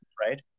right